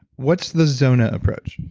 what's the zona approach?